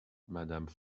madame